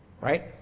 Right